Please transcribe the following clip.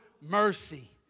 mercy